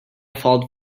fault